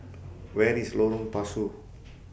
Where IS Lorong Pasu